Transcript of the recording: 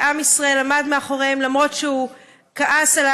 כשעם ישראל עמד מאחוריהם למרות שהוא כעס על